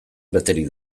beterik